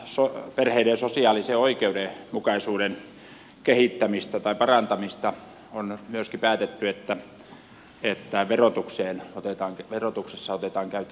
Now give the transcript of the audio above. osana perheiden sosiaalisen oikeudenmukaisuuden parantamista on myöskin päätetty että verotuksessa otetaan käyttöön lapsivähennys